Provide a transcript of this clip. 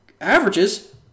averages